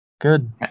Good